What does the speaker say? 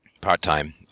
part-time